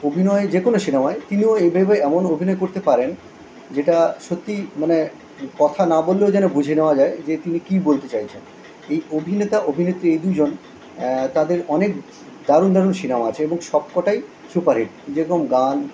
অভিনয় যে কোনো সিনেমায় তিনিও এইভাবে এমন অভিনয় করতে পারেন যেটা সত্যিই মানে কথা না বললেও যেন বুঝে নেওয়া যায় যে তিনি কী বলতে চাইছেন এই অভিনেতা অভিনেত্রী এই দুজন তাদের অনেক দারুণ দারুণ সিনেমা আছে এবং সব কটাই সুপারহিট যেরকম গান